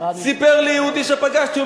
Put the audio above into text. סיפר לי יהודי שפגשתי,